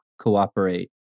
cooperate